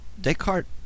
Descartes